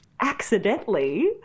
accidentally